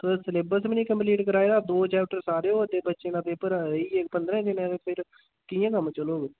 तुस सलेबस बी नी कम्पलीट कराए दा दो चैप्टर सारे होए दे बच्चें दा पेपर रेही गे पदरां दिनें ते फिर कि'यां कम्म चलग